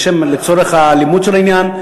לצורך הלימוד של העניין,